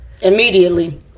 immediately